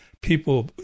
People